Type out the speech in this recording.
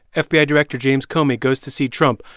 ah fbi director james comey goes to see trump.